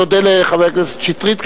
תודה לחבר הכנסת שטרית,